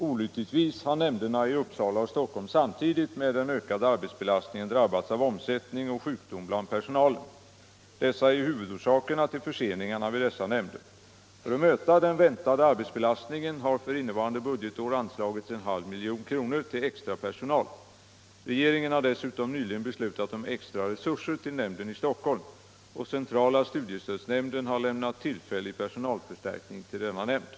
Olyckligtvis har nämnderna i Uppsala och Stockholm samtidigt med den ökade arbetsbelastningen drabbats av omsättning och sjukdom bland personalen. Dessa är huvudorsakerna till förseningarna vid dessa nämnder. För att möta den väntade arbetsbelastningen har för innevarande budgetår anslagits en halv miljon kronor till extra personal. Regeringen har dessutom nyligen beslutat om extra resurser till nämnden i Stock holm, och centrala studiestödsnämnden har lämnat tillfällig personal Nr 110 förstärkning till denna nämnd.